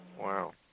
Wow